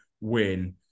win